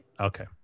Okay